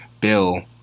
Bill